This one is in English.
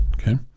Okay